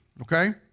Okay